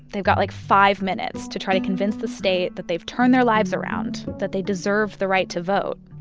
they've got, like, five minutes to try to convince the state that they've turned their lives around, that they deserve the right to vote.